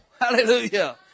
Hallelujah